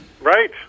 Right